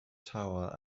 tower